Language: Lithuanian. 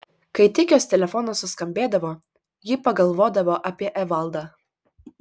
kai tik jos telefonas suskambėdavo ji pagalvodavo apie evaldą